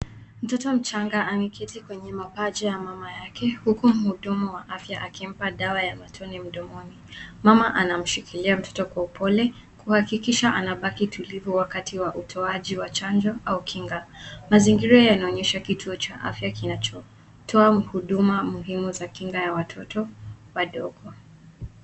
Mtoto mchanga ameketi kwenye mapaja ya mama yake huku mhudumu wa afya akimpa dawa ya matone mdomoni. Mama anamshikilia mtoto kwa upole kuhakikisha anabaki tulivu wakati wa utoaji wa chanjo au kinga. Mazingira yanaonyesha kituo cha afya kinachotoa huduma muhimu za kinga ya watoto wadogo.